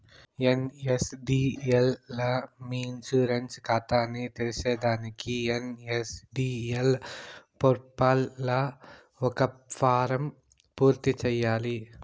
NSDL లా మీ insurance కాతాని తెర్సేదానికి ఎన్.ఎస్.డి.ఎల్ పోర్పల్ల ఒక ఫారం పూర్తి చేయాల్ల